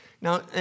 Now